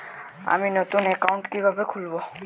আমি নতুন অ্যাকাউন্ট কিভাবে খুলব?